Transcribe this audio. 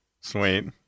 Sweet